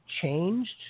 changed